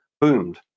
boomed